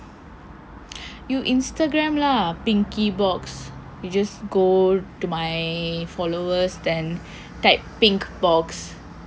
you Instagram lah pinky box you just go to my followers and type pink box